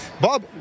Bob